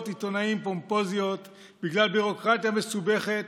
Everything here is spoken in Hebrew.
עיתונאים פומפוזיות בגלל ביורוקרטיה מסובכת,